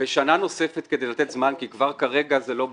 בשנה נוספת כדי לתת זמן כי כבר כרגע זה לא ברור.